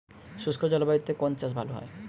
শুষ্ক জলবায়ুতে কোন চাষ ভালো হয়?